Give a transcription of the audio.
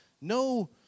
no